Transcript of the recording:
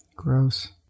Gross